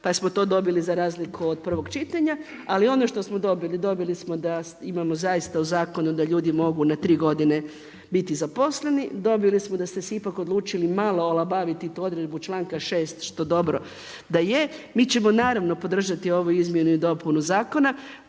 pa smo to dobili za razliku od prvog čitanja. Ali ono što smo dobili, dobili smo da imamo zaista u zakonu da ljudi mogu na tri godine biti zaposleni, dobili smo da ste se ipak odlučili malo olabaviti tu odredbu članka 6. što dobro da je. Mi ćemo naravno podržati ovu izmjenu i dopunu zakona.